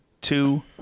two